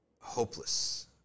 hopeless